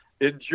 Enjoy